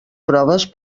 proves